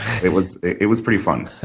it was it was pretty fun.